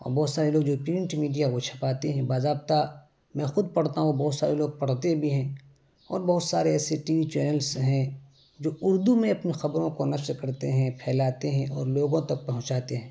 اور بہت سارے لوگ جو پرنٹ میڈیا وہ چھپاتے ہیں باضابطہ میں خود پڑھتا ہوں بہت سارے لوگ پڑھتے بھی ہیں اور بہت سارے ایسے ٹی وی چینلس ہیں جو اردو میں اپنے خبروں کو نشر کرتے ہیں پھیلاتے ہیں اور لوگوں تک پہنچاتے ہیں